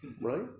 right